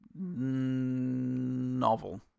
novel